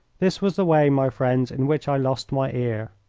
this was the way, my friends, in which i lost my ear.